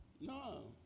No